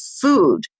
food